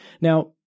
Now